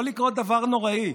יכול לקרות דבר נוראי,